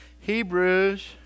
Hebrews